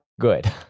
Good